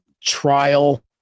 trial